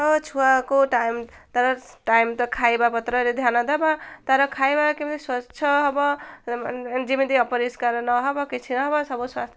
ତ ଛୁଆକୁ ଟାଇମ୍ ତାର ଟାଇମ୍ ତ ଖାଇବା ପତ୍ରରେ ଧ୍ୟାନ ଦବା ତାର ଖାଇବା କେମିତି ସ୍ୱଚ୍ଛ ହବ ଯେମିତି ଅପରିଷ୍କାର ନହବ କିଛି ନହବ ସବୁ